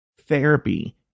Therapy